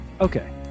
okay